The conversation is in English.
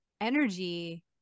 energy